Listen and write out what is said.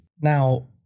now